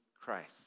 Christ